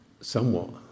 somewhat